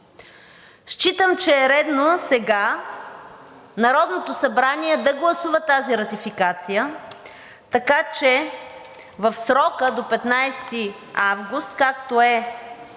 Считам, че е редно сега Народното събрание да гласува тази ратификация, така че в срока до 15 август, както е записано